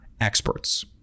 experts